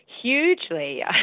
hugely